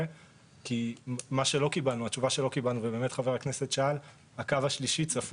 כי התשובה שלא קבלנו וחבר הכנסת להב שאל,